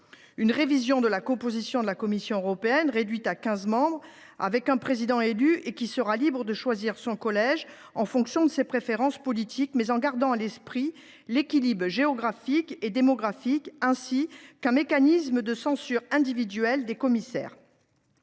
la révision de la composition de la Commission européenne, réduite à quinze membres et dotée d’un président élu qui sera libre de choisir son collège en fonction de ses préférences politiques, mais en gardant à l’esprit l’équilibre géographique et démographique ; enfin, un mécanisme de censure individuel des commissaires.